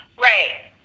Right